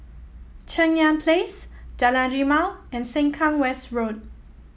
Cheng Yan Place Jalan Rimau and Sengkang West Road